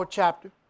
chapter